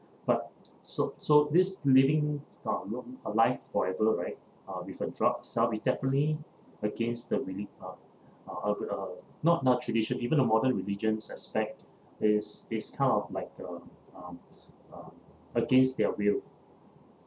but so so this living uh you know life forever right uh with a drug's help will definitely against the reli~ uh uh uh uh not not tradition even a modern religions aspect is is kind of like uh um um against their will